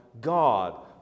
God